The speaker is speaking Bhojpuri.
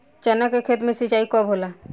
चना के खेत मे सिंचाई कब होला?